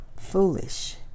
foolish